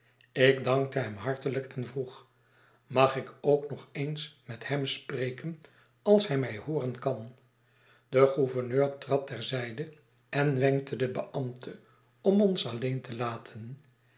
ik dankte hem hartelijk en vroeg mag ik ook nog eens met hem spreken als hij mij hooren kan de gouverneur trad ter zijde en wenkte den beambte om ons alleen te laten